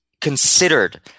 considered